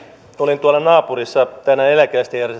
olin tuolla naapurissa tänään eläkeläisten